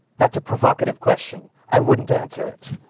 that's a provocative question. i wouldn't answer it.